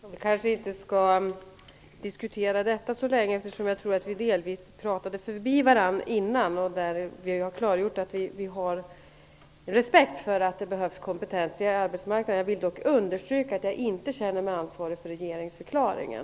Herr talman! Vi kanske inte skall diskutera detta så länge. Jag tror att vi delvis pratade förbi varandra innan. Vi har klargjort att vi har respekt för att det behövs kompetens på arbetsmarknaden. Jag vill dock understryka att jag inte känner mig ansvarig för regeringsförklaringen.